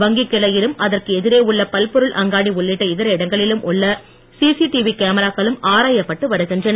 வங்கிக் கிளையிலும் அதற்கு எதிரே உள்ள பல்பொருள் அங்காடி உள்ளிட்ட இதர இடங்களிலும் உள்ள சிசிடிவி கேமராக்களும் ஆராயப்பட்டு வருகின்றன